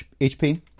HP